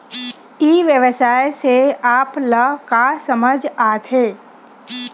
ई व्यवसाय से आप ल का समझ आथे?